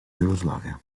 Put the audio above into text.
jugoslavia